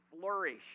flourish